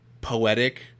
poetic